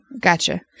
gotcha